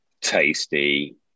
tasty